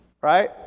right